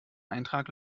eintrag